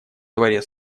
дворе